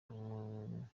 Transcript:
umujyanama